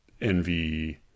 envy